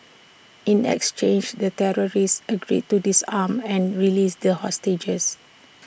in exchange the terrorists agreed to disarm and released the hostages